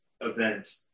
event